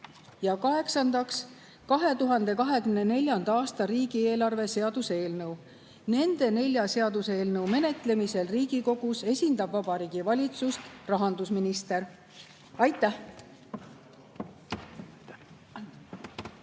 Ja kaheksandaks, 2024. aasta riigieelarve seaduse eelnõu. Nende nelja seaduseelnõu menetlemisel Riigikogus esindab Vabariigi Valitsust rahandusminister. Aitäh!